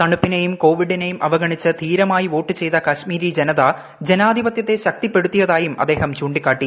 തണുപ്പിനെയും കോവിഡിനെയും അവഗണിച്ച് ധീരമായി വോട്ടുചെയ്ത കശ്മീരി ജനത ജനാധിപത്യിട്ടെത്ത ശക്തിപ്പെടുത്തിയതായും അദ്ദേഹം എട്ടിക്കാട്ടി